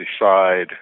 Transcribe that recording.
decide